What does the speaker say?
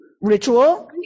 ritual